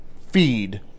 feed